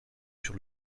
sur